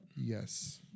Yes